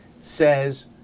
says